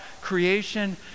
creation